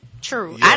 True